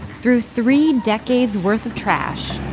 through three decades worth of trash,